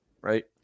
right